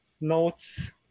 notes